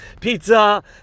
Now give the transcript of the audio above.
pizza